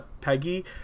Peggy